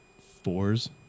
fours